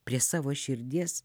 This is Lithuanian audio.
prie savo širdies